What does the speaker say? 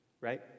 right